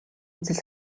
үзэл